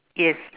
yes